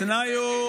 התנאי הוא: